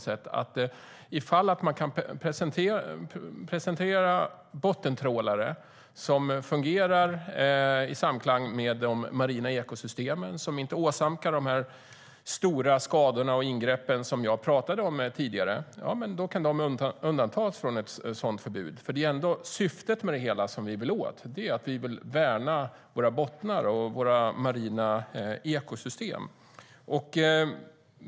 Om man kan presentera bottentrålare som fungerar i samklang med de marina ekosystemen och som inte åsamkar de stora skador och leder till de ingrepp som jag talade om tidigare kan de undantas från ett sådant förbud. Det är ändå syftet med det hela som vi vill åt. Vi vill värna våra bottnar och våra marina ekosystem.